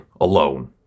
alone